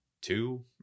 two